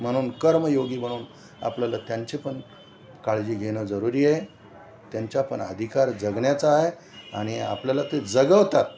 म्हणून कर्मयोगी बनून आपल्याला त्यांचे पण काळजी घेणं जरुरी आहे त्यांच्या पण अधिकार जगण्याचा आहे आणि आपल्याला ते जगवतात